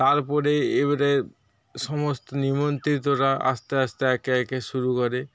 তারপরে এবারে সমস্ত নিমন্ত্রিতরা আসতে আসতে একে একে শুরু করে